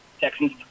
Texans